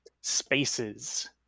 spaces